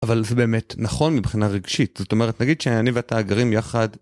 אבל זה באמת נכון מבחינה רגשית, זאת אומרת, נגיד שאני ואתה גרים יחד.